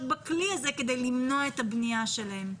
בכלי הזה כדי למנוע את הבנייה שלהם.